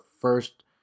first